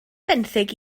benthyg